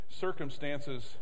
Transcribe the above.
circumstances